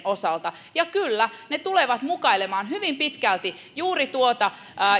osalta ja kyllä ne tulevat mukailemaan hyvin pitkälti juuri tuota